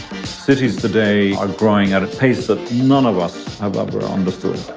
cities today are growing at a pace that none of us have ever understood.